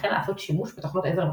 וכן לעשות שימוש בתוכנות-עזר נוספות.